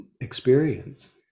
experience